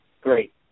Great